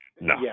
No